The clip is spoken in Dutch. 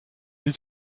niet